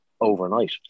overnight